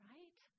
Right